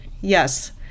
Yes